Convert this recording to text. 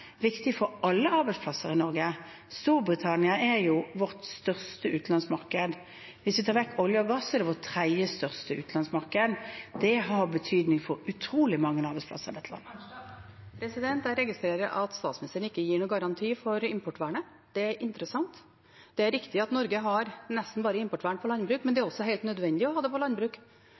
viktig for alle arbeidsplasser i Norge. Storbritannia er vårt største utenlandsmarked. Hvis vi tar vekk olje og gass, er det vårt tredje største utenlandsmarked. Det har betydning for utrolig mange arbeidsplasser i dette landet. Marit Arnstad – til oppfølgingsspørsmål. Jeg registrerer at statsministeren ikke gir noen garanti for importvernet. Det er interessant. Det er riktig at Norge har importvern for nesten bare landbruk, men det er også helt nødvendig å ha det for landbruk